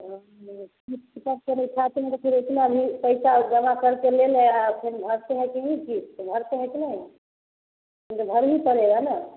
किस्त सब पर उठाते हैं तो फिर इतना भी पैसा जमा करके ले ले आ फिर भरते हैं कि नहीं किस्त भरते हैं कि नहीं वो तो भरना ही पड़ेगा ना